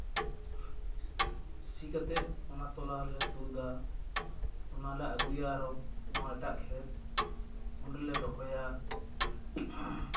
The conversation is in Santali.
ᱥᱤ ᱠᱟᱛᱮᱫ ᱚᱱᱟ ᱛᱚᱞᱟ ᱞᱮ ᱛᱩᱫᱟ ᱚᱱᱟᱞᱮ ᱟᱹᱜᱩᱭᱟ ᱟᱨᱚ ᱱᱚᱣᱟ ᱮᱴᱟᱜ ᱠᱷᱮᱛ ᱚᱸᱰᱮ ᱞᱮ ᱨᱚᱦᱚᱭᱟ